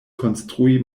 konstrui